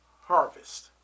harvest